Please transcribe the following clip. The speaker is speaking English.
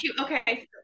okay